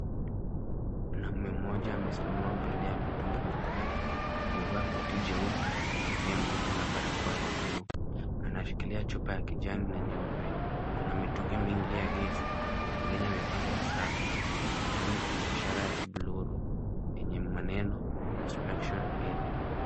Mwanamume mmoja amesimama mbele ya mitungi mikubwa, amevaa koti jeupe, kofia ngumu na barakoa ya bluu. Anashikilia chupa ya kijani na nyeupe, kuna mitungi mingi ya gesi mingine imepangwa safu, ukutani kuna ishara ya blue room yenye maneno inspection area .